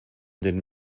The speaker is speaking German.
den